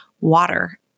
water